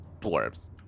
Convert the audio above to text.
dwarves